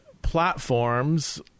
platforms